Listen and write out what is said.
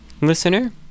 listener